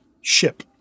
ship